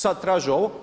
Sad traže ovo.